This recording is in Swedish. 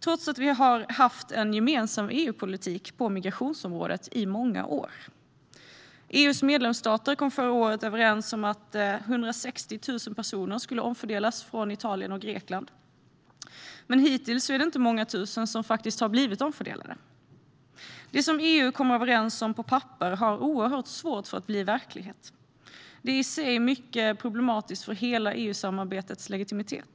trots att det har funnits en gemensam EU-politik på migrationsområdet i många år. EU:s medlemsstater kom förra året överens om att 160 000 personer skulle omfördelas från Italien och Grekland. Men hittills är det inte många tusen som faktiskt har blivit omfördelade. Det som EU kommer överens om på papper har oerhört svårt att bli verklighet. Detta är i sig mycket problematiskt för hela EU-samarbetets legitimitet.